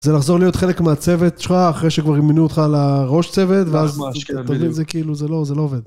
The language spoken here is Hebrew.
זה לחזור להיות חלק מהצוות שלך, אחרי שכבר מינו אותך לראש צוות, אתה מבין, כאילו, זה לא, זה לא עובד.